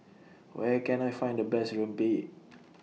Where Can I Find The Best Rempeyek